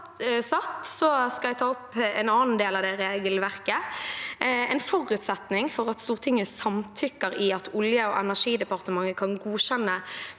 jeg ta opp en annen del av det regelverket. En forutsetning for at Stortinget samtykker i at Olje- og energidepartementet kan godkjenne